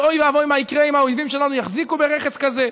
ואוי ואבוי מה יקרה אם האויבים שלנו יחזיקו ברכס כזה.